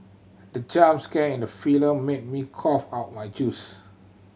the jump scare in the film made me cough out my juice